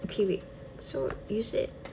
okay wait so you said